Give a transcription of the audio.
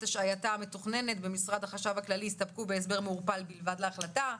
השעייתה המתוכננת ובמשרד החשב הכללי הסתפקו בהסבר מעורפל בלבד להחלטה.